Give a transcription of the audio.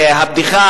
הבדיחה